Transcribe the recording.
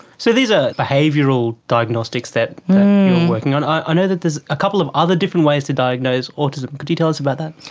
so these are behavioural diagnostics that you're working on. i know that there's a couple of other different ways to diagnose autism, could you tell us about that?